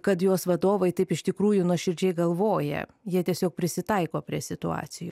kad jos vadovai taip iš tikrųjų nuoširdžiai galvoja jie tiesiog prisitaiko prie situacijų